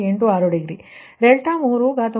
86 degree ಮತ್ತು 3 is 3